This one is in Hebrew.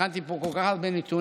הכנתי פה כל כך הרבה נתונים,